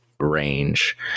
range